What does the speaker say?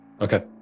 Okay